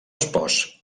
espòs